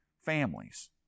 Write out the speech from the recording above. families